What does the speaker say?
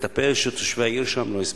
לטפל כדי שתושבי העיר שם לא יסבלו.